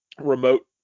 remote